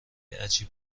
عجیب